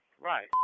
right